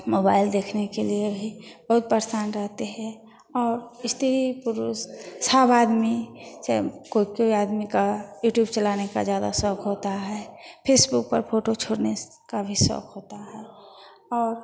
mobile देखने के लिए भी बहुत परेशान रहते है और स्त्री पुरुष सब आदमी चाहे कोई कोई आदमी का यूट्यूब चलाने का शौक़ होता है फेसबुक पर फोटो छोड़ने का भी शौख होता है और